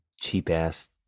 cheap-ass